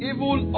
Evil